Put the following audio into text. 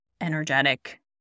energetic